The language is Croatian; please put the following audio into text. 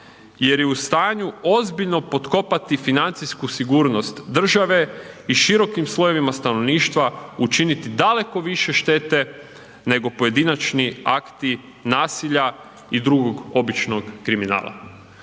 jer je u stanju ozbiljno potkopati financijsku sigurnost države i širokim slojevima stanovništva učiniti daleko više štete nego pojedinačni akti nasilja i drugog običnog kriminala.